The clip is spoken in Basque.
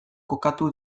kokatu